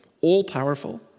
all-powerful